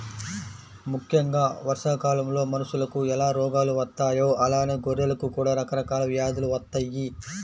ముక్కెంగా వర్షాకాలంలో మనుషులకు ఎలా రోగాలు వత్తాయో అలానే గొర్రెలకు కూడా రకరకాల వ్యాధులు వత్తయ్యి